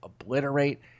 obliterate